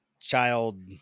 child